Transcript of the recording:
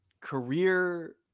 career